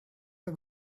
you